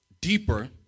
deeper